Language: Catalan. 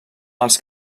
els